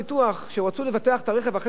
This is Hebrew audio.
כשרצו לבטח את הרכב אחרי שהם קנו אותו,